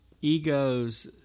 egos